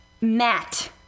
Matt